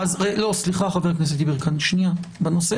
העמדה